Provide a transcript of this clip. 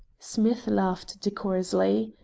smith laughed decorously.